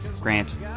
Grant